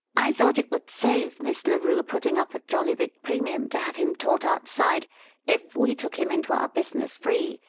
i thought it would save miss larue putting up a jolly big premium to have him taught outside if we took him into our business free,